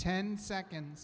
ten seconds